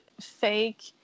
fake